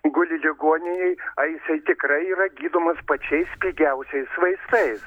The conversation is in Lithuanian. guli ligoninėj ar jisai tikrai yra gydomas pačiais pigiausiais vaistais